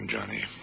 Johnny